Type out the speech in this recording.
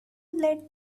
let